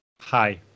hi